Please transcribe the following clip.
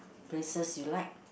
places you like